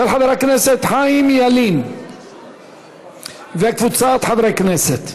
של חבר הכנסת חיים ילין וקבוצת חברי הכנסת.